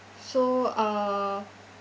so uh